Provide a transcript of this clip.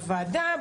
לוועדה,